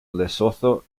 lesotho